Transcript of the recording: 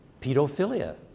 pedophilia